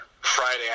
Friday